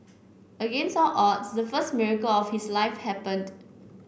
against all odds the first miracle of his life happened